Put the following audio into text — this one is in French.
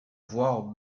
voire